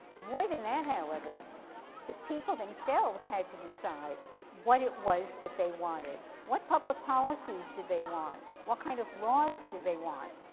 more than that, however the people themselves had to decide what it was that they wanted. what public policies did they want? what kind of laws did they want?